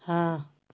हाँ